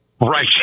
Right